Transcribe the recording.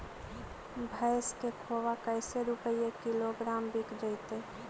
भैस के खोबा कैसे रूपये किलोग्राम बिक जइतै?